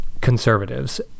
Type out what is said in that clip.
conservatives